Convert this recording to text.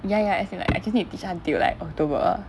ya ya as in like I just need to teach until like october